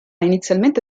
inizialmente